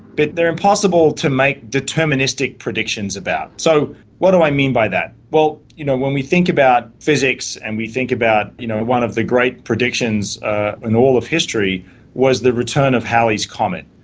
but they are impossible to make deterministic predictions about. so what do i mean by that? you know when we think about physics and we think about you know one of the great predictions in all of history was the return of halley's comet.